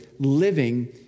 living